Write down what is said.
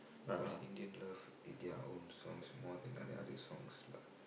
because Indian loves it are their own songs more than the other songs lah